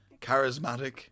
charismatic